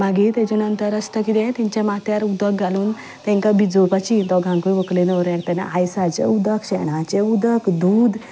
मागीर ताज्या नंतर आसता किदें तांच्या माथ्यार उदक घालून तांकां भिजोपाची दोगांकूय व्हंकले न्हवऱ्याक तेन्ना आयसाचें उदकशें शेणाचें उदक दूद